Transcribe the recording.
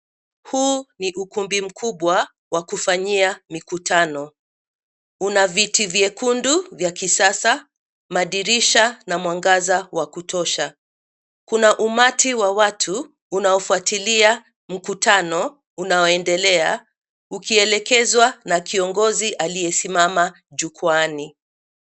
Huu ni ukumbuki mkubwa wa kufanyia mikutano. Una viti vyekundu vya kisasa, madirisha na mwangaza wa kutosha. Kuna umati wa watu unaofuatilia mkutano unaoendelea ukielekezwa na kiongozi aliyesimama jukwani.